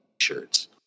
shirts